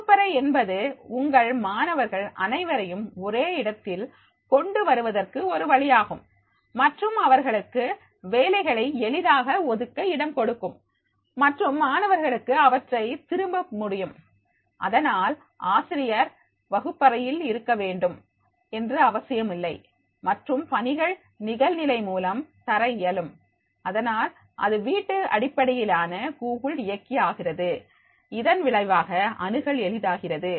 வகுப்பறை என்பது உங்கள் மாணவர்கள் அனைவரையும் ஒரே இடத்தில் கொண்டு வருவதற்கு ஒரு வழியாகும் மற்றும் அவர்களுக்கு வேலைகளை எளிதாக ஒதுக்க இடம் கொடுக்கும் மற்றும் மாணவர்களுக்கு அவற்றைத் திரும்ப முடியும் அதனால் ஆசிரியர் வகுப்பறையில் இருக்க வேண்டும் என்ற அவசியமில்லை மற்றும் பணிகள் நிகழ்நிலை மூலம் தர இயலும் அதனால் அது வீட்டு அடிப்படையிலான கூகுள் இயக்கி ஆகிறது அதன் விளைவாக அணுகல் எளிதாகிறது